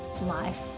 life